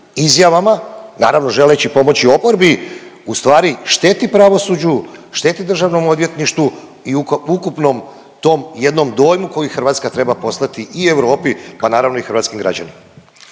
izjavama, naravno želeći pomoći oporbi, u stvari šteti pravosuđu, šteti državnom odvjetništvu i ukupnom tom jednom dojmu koji Hrvatska treba poslati i Europi pa naravno i hrvatskim građanima.